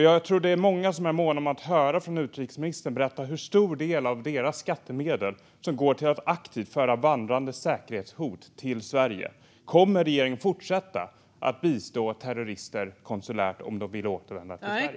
Jag tror att det är många som är måna om att höra utrikesministern berätta hur stor del av deras skattemedel som går till att aktivt föra vandrande säkerhetshot till Sverige. Kommer regeringen att fortsätta bistå terrorister konsulärt om de vill återvända till Sverige?